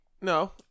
No